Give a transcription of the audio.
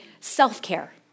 self-care